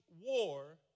war